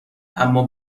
اما